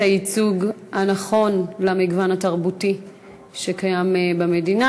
הייצוג הנכון למגוון התרבותי שקיים במדינה.